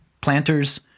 Planters